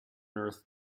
earth